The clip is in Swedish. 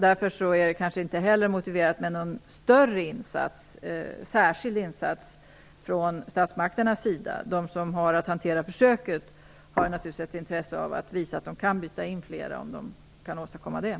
Därför är det kanske inte heller motiverat med någon större särskild insats från statsmakternas sida. De som har att hantera försöket har naturligtvis ett intresse av att visa att de kan byta in flera sprutor.